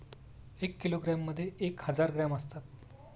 एक किलोग्रॅममध्ये एक हजार ग्रॅम असतात